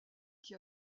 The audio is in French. qui